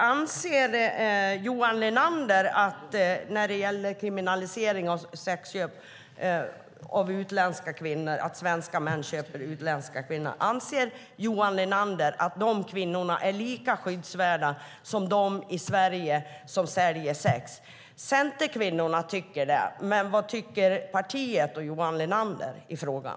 Anser Johan Linander när det gäller kriminalisering av sexköp från utländska kvinnor - att svenska män köper utländska kvinnor - att de kvinnorna är lika skyddsvärda som de kvinnor i Sverige som säljer sex? Centerkvinnorna tycker det, men vad tycker partiet och Johan Linander i frågan?